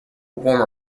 warm